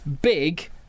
Big